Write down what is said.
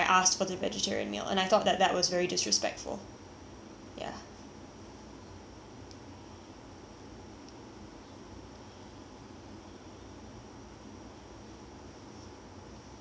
ya